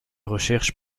recherches